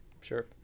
Sure